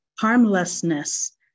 Harmlessness